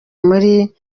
muri